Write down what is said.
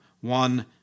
one